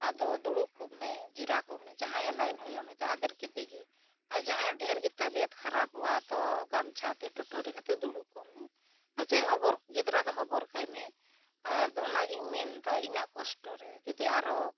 ᱟᱫᱚ ᱫᱩᱲᱩᱵ ᱠᱚᱜ ᱢᱮ ᱡᱤᱨᱟᱹᱣ ᱠᱚᱜ ᱢᱮ ᱡᱟᱦᱟᱸᱭᱟᱜ ᱦᱩᱭᱩᱜᱼᱟ ᱩᱱᱤ ᱫᱚ ᱟᱫᱮᱨ ᱠᱮᱫᱮᱜᱮ ᱟᱨ ᱡᱟᱦᱟᱸᱭ ᱰᱷᱮᱨ ᱜᱮ ᱛᱟᱵᱤᱭᱚᱛ ᱠᱷᱟᱨᱟᱯᱚᱜᱼᱟ ᱛᱚ ᱜᱟᱢᱪᱷᱟᱛᱮ ᱴᱩᱴᱩᱨᱤ ᱠᱟᱛᱮᱫ ᱫᱩᱲᱩᱵ ᱠᱚᱜ ᱢᱮ ᱟᱨ ᱡᱟᱦᱟᱸᱭ ᱦᱚᱵᱚᱨ ᱜᱤᱫᱽᱨᱟᱹ ᱫᱚ ᱦᱚᱵᱚᱨᱠᱟᱭ ᱢᱮ ᱟᱨ ᱚᱱᱟᱜᱮᱧ ᱢᱮᱱᱮᱫᱟ ᱤᱱᱟᱹᱜ ᱠᱚᱥᱴᱚ ᱨᱮ ᱡᱩᱫᱤ ᱟᱨᱦᱚᱸ